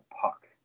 puck